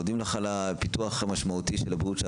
אנחנו מודים לך על הפיתוח המשמעותי שאת